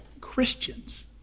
Christians